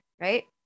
right